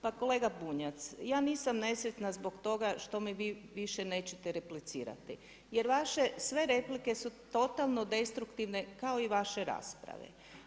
Pa kolega Bunjac, ja nisam nesretna zbog toga što mi vi više nećete replicirati, jer vaše sve replike su totalno destruktivne kao i vaše rasprave.